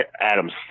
Adam's